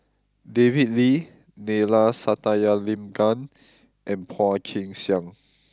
David Lee Neila Sathyalingam and Phua Kin Siang